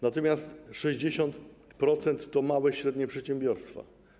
Natomiast 60% to małe i średnie przedsiębiorstwa.